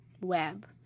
web